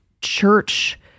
church